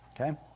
Okay